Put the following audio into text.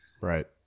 Right